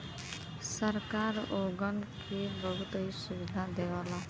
सरकार ओगन के बहुत सी सुविधा देवला